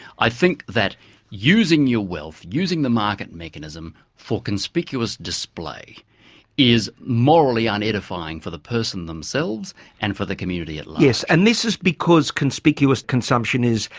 i think that using your wealth, using the market mechanism for conspicuous display is morally unedifying for the person themselves and for the community at yes. and this is because conspicuous consumption is,